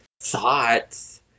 thoughts